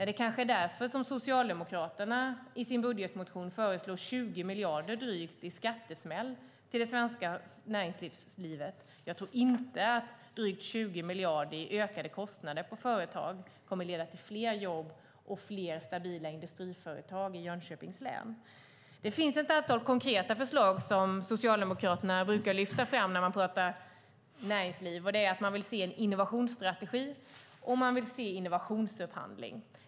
Det kanske är därför Socialdemokraterna i sin budgetmotion föreslår drygt 20 miljarder i skattesmäll till det svenska näringslivet. Jag tror inte att drygt 20 miljarder i ökade kostnader för företag kommer att leda till fler jobb och fler stabila industriföretag i Jönköpings län. Det finns ett antal konkreta förslag som Socialdemokraterna brukar lyfta fram när de pratar näringsliv, och det är att man vill se en innovationsstrategi och att man vill se innovationsupphandling.